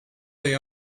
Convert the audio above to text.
they